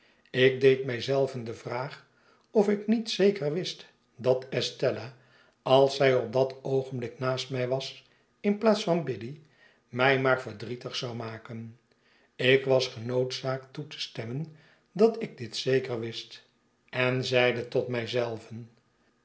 ik deed mij zelven de vraag of ik niet zeker wist dat estella als zij op dat oogenblik naast mij was in plaats van biddy mij maar verdrietig zou maken ik was genoodzaakt toe te stem men dat ik dit zeker wist en zeide tot mij